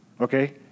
Okay